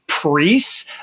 priests